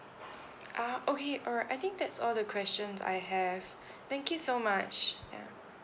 ah okay alright I think that's all the questions I have thank you so much ya